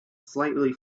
slightly